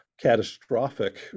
catastrophic